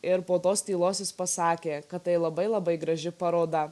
ir po tos tylos jis pasakė kad tai labai labai graži paroda